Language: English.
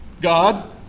God